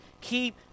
keep